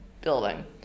building